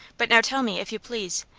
but now tell me, if you please,